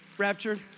Raptured